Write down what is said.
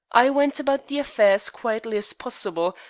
i went about the affair as quietly as possible,